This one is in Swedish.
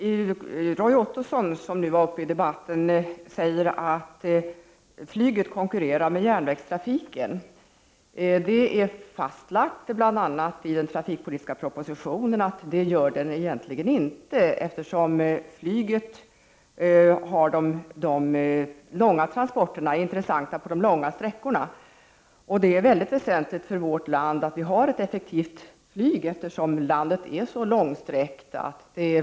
Fru talman! Roy Ottosson säger att flyget konkurrerar med järnvägen. Det är fastlagt, bl.a. i den trafikpolitiska propositionen, att flyget egentligen inte gör det, eftersom flyget är intressantast när det gäller de långa persontransportsträckorna. Det är mycket väsentligt för vårt land att ha ett effektivt flyg, eftersom landet är så långtsträckt.